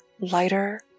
lighter